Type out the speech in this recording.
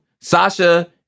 Sasha